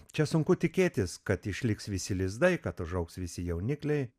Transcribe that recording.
čia sunku tikėtis kad išliks visi lizdai kad užaugs visi jaunikliai